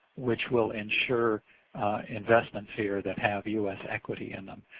which will insure investments here that have u s. equity in them.